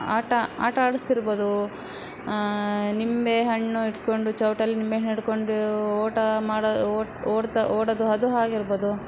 ಆಟ ಆಟ ಆಡಿಸ್ತಿರ್ಬೋದು ನಿಂಬೆ ಹಣ್ಣು ಇಟ್ಟುಕೊಂಡು ಸೌಟಲ್ಲಿ ಲಿಂಬೆ ಹಣ್ಣು ಇಟ್ಟುಕೊಂಡು ಓಟ ಮಾಡೋದು ಓಟ ಓಡ್ತಾ ಓಡೋದು ಅದು ಆಗಿರ್ಬೋದು